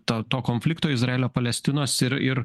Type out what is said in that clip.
to to konflikto izraelio palestinos ir ir